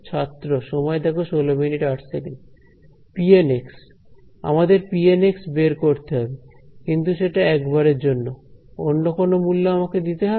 ছাত্র pN আমাদের pN বের করতে হবে কিন্তু সেটা একবারের জন্য অন্য কোন মূল্য আমাকে দিতে হবে